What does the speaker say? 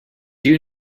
you